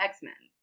X-Men